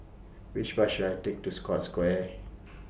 Which Bus should I Take to Scotts Square